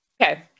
Okay